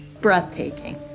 breathtaking